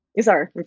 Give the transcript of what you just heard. sorry